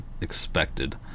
expected